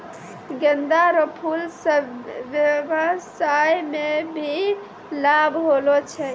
गेंदा रो फूल से व्यबसाय मे भी लाब होलो छै